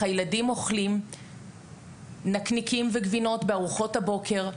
הילדים אוכלים נקניקים וגבינות בארוחות הבוקר.